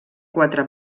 quatre